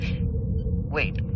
Wait